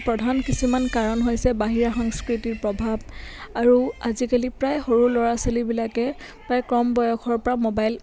প্ৰধান কিছুমান কাৰণ হৈছে বাহিৰা সংস্কৃতিৰ প্ৰভাৱ আৰু আজিকালি প্ৰায় সৰু ল'ৰা ছোৱালীবিলাকে প্ৰায় ক্ৰম বয়সৰ পৰা মোবাইল